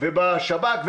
ויש איכוני שב"כ.